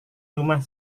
rumah